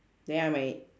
then I might